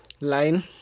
line